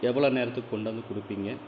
எவ்வளோ நேரத்துக்கு கொண்டாந்து கொடுப்பீங்க